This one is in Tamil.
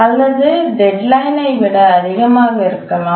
அல்லது டெட்லைன் ஐ விட அதிகமாக இருக்கலாம்